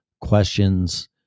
questions